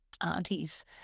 aunties